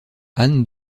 ann